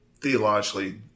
Theologically